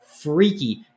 freaky